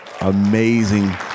Amazing